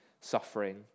suffering